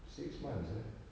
six months eh